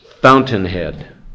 fountainhead